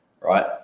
right